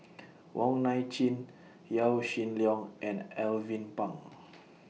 Wong Nai Chin Yaw Shin Leong and Alvin Pang